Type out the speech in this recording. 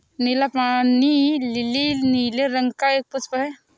नीला पानी लीली नीले रंग का एक पुष्प है